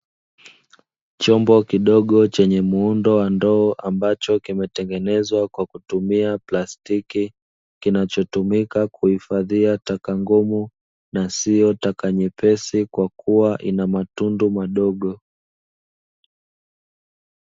Chombo kidogo chenye muundo wa ndoo ambacho kimetengenezwa kwa kutumia plastiki, kinachotumika kuhifadhia taka ngumu na sio taka nyepesi kwa kuwa Ina matundu madogo.